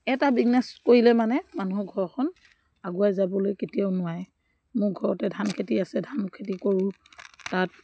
এটা বিজনেছ কৰিলে মানে মানুহৰ ঘৰখন আগুৱাই যাবলৈ কেতিয়াও নোৱাৰে মোৰ ঘৰতে ধান খেতি আছে ধান খেতি কৰোঁ তাঁত